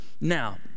Now